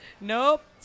Nope